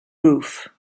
roof